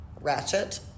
ratchet